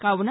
కావున